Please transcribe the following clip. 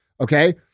Okay